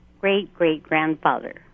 great-great-grandfather